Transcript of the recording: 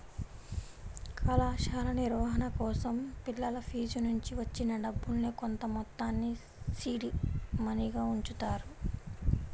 కళాశాల నిర్వహణ కోసం పిల్లల ఫీజునుంచి వచ్చిన డబ్బుల్నే కొంతమొత్తాన్ని సీడ్ మనీగా ఉంచుతారు